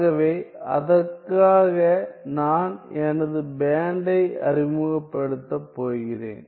ஆகவே அதற்காக நான் எனது பேண்டை அறிமுகப்படுத்தப் போகிறேன்